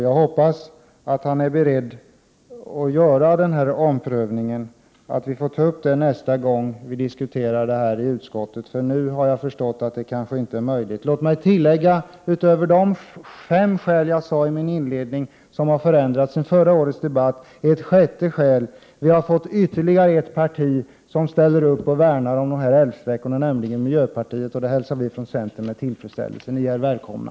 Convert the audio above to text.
Jag hoppas att han är beredd att göra den här omprövningen, så att vi får ta upp det spörsmålet nästa gång vi diskuterar frågan i utskottet. Nu har jag förstått att det kanske inte är möjligt. Låt mig, utöver de fem skäl som jag nämnde i mitt inledningsanförande hade förändrats sedan förra årets debatt, tillägga ett sjätte. Vi har fått ytterligare ett parti som ställer upp och värnar om dessa älvsträckor, nämligen miljöpartiet. Det hälsar vi från centern med tillfredsställelse. Ni är välkomna.